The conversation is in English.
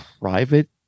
private